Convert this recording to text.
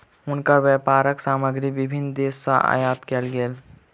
हुनकर व्यापारक सामग्री विभिन्न देस सॅ आयात कयल गेल